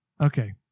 Okay